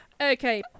Okay